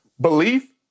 belief